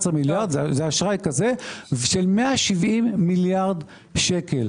170 מיליארד שקל.